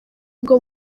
bwo